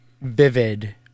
vivid